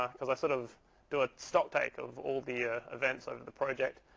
um because i sort of do a stock take of all the ah events over the project.